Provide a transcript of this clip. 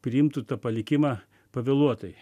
priimtų tą palikimą pavėluotai